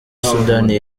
sudani